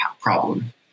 problem